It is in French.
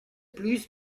plus